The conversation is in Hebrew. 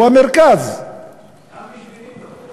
הוא המרכז גם בשבילי לא.